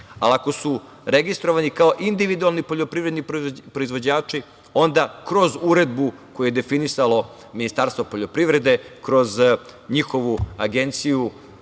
ali ako su registrovani kao individualni poljoprivredni proizvođači onda kroz uredbu koju je definisalo Ministarstvo poljoprivrede, kroz njihovu Agenciju